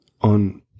on